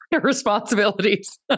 responsibilities